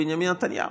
זה בנימין נתניהו.